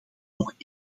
nog